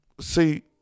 See